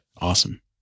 Awesome